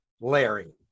Larry